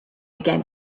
began